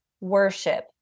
worship